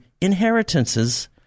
inheritances